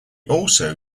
also